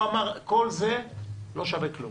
כל זה לא שווה כלום.